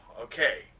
Okay